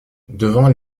devant